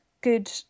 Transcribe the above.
good